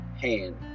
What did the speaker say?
hand